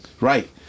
Right